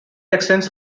extends